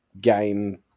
game